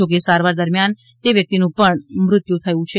જો કે સારવાર દરમિયાન તે વ્યક્તિનું પણ મૃત્યુ થયું હતું